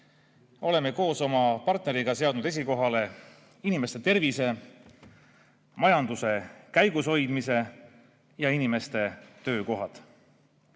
Oleme koos oma partneriga seadnud esikohale inimeste tervise, majanduse käigushoidmise ja inimeste töökohad.